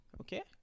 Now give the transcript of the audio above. okay